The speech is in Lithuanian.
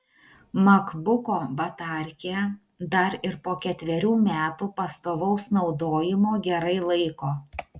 makbuko batarkė dar ir po ketverių metų pastovaus naudojimo gerai laiko